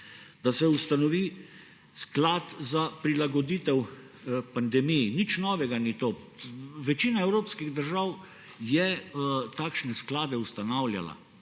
da se ustanovi sklad za prilagoditev pandemiji. Nič novega ni to. Večina evropskih držav je takšne sklade ustanavljala.